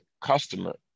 customer